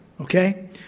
Okay